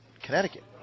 Connecticut